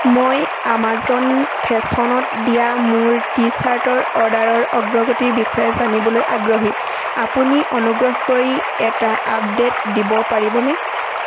মই আমাজন ফেশ্বনত দিয়া মোৰ টি শ্বাৰ্টৰ অৰ্ডাৰৰ অগ্ৰগতিৰ বিষয়ে জানিবলৈ আগ্ৰহী আপুনি অনুগ্ৰহ কৰি এটা আপডে'ট দিব পাৰিবনে